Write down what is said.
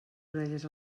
orelles